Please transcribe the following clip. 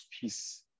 peace